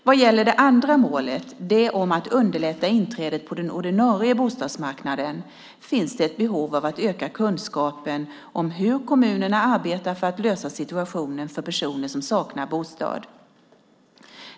Vad gäller det andra målet, det om att underlätta inträdet på den ordinarie bostadsmarknaden, finns det ett behov av att öka kunskapen om hur kommunerna arbetar för att lösa situationen för personer som saknar bostad.